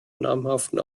namhaften